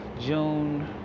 June